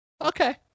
Okay